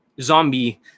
zombie